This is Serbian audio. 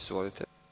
Izvolite.